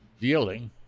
dealing